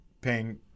paying